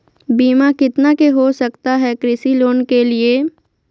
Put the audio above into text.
बीमा कितना के हो सकता है कृषि लोन के लिए?